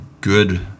good